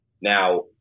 Now